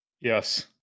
Yes